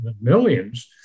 millions